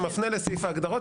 שמפנה לסעיף ההגדרות,